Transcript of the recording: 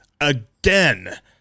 again